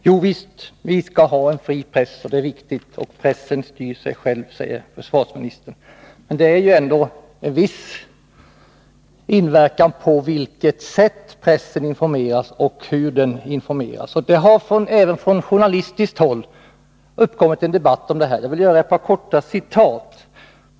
Herr talman! Visst är det viktigt att vi har en fri press. Pressen styr sig själv, säger försvarsministern. Men det är ändå av viss betydelse på vilket sätt pressen informeras. Även från journalistiskt håll har det blivit en debatt om detta. Jag vill göra ett par korta citat.